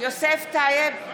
יוסף טייב,